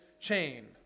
chain